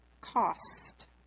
cost